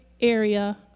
area